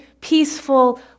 peaceful